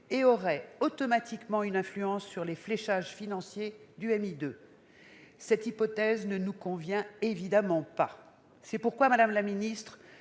et aurait automatiquement une influence sur les fléchages financiers du MIE 2. Cette hypothèse ne nous convient évidemment pas. C'est pourquoi, madame la ministre,